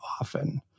often